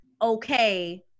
okay